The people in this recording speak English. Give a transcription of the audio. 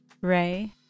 Ray